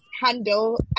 handle